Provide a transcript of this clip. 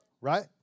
Right